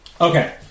Okay